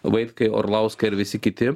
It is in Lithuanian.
vaitkai orlauskai ir visi kiti